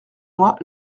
moi